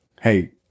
Hey